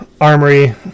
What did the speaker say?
armory